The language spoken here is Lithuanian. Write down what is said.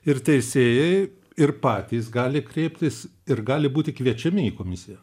ir teisėjai ir patys gali kreiptis ir gali būti kviečiami į komisiją